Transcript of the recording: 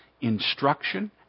instruction